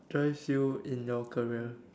drive you in your career